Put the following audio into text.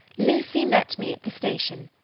lucy met me at the station,